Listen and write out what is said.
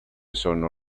sono